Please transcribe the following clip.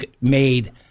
made